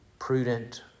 prudent